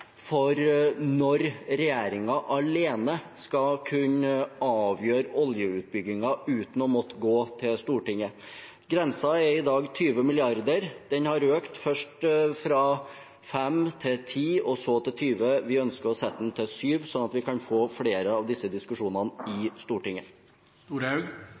for når regjeringen alene skal kunne avgjøre oljeutbyggingen uten å måtte gå til Stortinget. Grensen er i dag på 20 mrd. kr – den har økt, først fra 5 mrd. kr til 10 mrd. kr og så til 20 mrd. kr. Vi ønsker å sette den til 7 mrd. kr, slik at vi kan få flere av disse diskusjonene